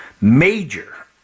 major